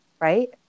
right